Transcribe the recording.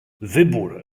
wybór